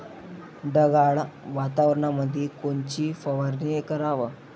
ढगाळ वातावरणामंदी कोनची फवारनी कराव?